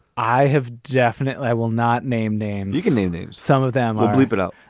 i have definitely. i will not name names. you can name names. some of them bleep it up.